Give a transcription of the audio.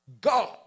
God